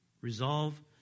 Resolve